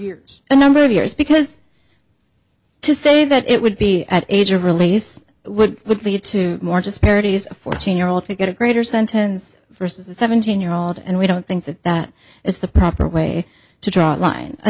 years a number of years because to say that it would be at age of release would would lead to more just parodies a fourteen year old to get a greater sentence versus a seventeen year old and we don't think that that is the proper way to draw a line a